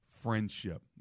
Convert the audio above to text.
friendship